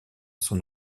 son